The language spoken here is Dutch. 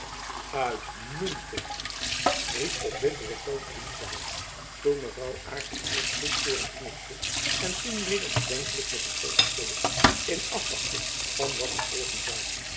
uitmuntend riep op bitteren toon elizabeth terwijl mevrouw aarssen eerst goedkeurend knikte en toen weder bedenkelijk met het hoofd schudde in afwachting van wat er volgen